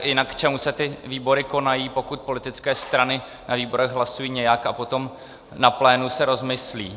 Jinak k čemu se ty výbory konají, pokud politické strany na výborech hlasují nějak, a potom na plénu se rozmyslí?